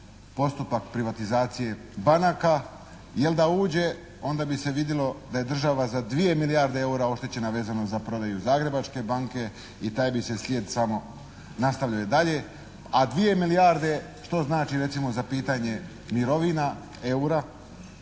postupak privatizacije banaka. Jer da uđe onda bi se vidjelo da je država za 2 milijarde eura oštećena vezano za prodaju Zagrebačke banke i taj bi se slijed samo nastavljao i dalje. A 2 milijarde, što znači recimo za pitanje mirovina, eura,